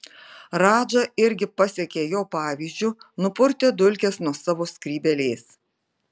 radža irgi pasekė jo pavyzdžiu nupurtė dulkes nuo savo skrybėlės